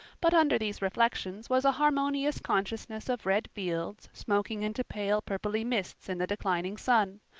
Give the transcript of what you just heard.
but under these reflections was a harmonious consciousness of red fields smoking into pale-purply mists in the declining sun,